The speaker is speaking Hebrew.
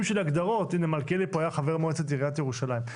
הינה מלכיאלי היה חבר מועצת עיריית ירושלים,